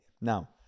now